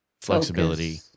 flexibility